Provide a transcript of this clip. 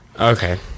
Okay